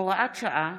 (הוראת שעה),